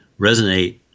resonate